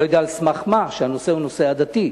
אני לא יודע על סמך מה, שהנושא הוא נושא עדתי.